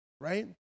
Right